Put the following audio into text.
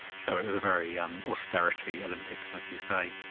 so it was a very um austerity olympics, as you say.